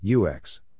UX